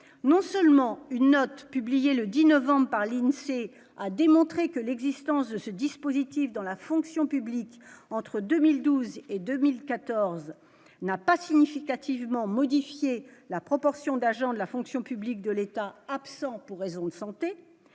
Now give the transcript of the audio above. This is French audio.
non seulement une note publiée le 10 novembre par l'INSEE a démontré que l'existence de ce dispositif dans la fonction publique entre 2012 et 2014 n'a pas significativement modifié la proportion d'agents de la fonction publique de l'État absent pour raisons de santé,